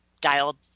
dialed